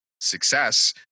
success